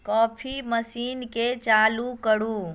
coffee मशीनकेँ चालू करू